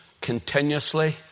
Continuously